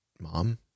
mom